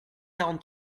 quarante